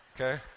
okay